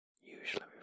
usually